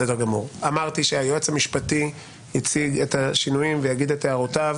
אמרתי שהיועץ המשפטי לוועדה יציג את השינויים ויגיד את הערותיו,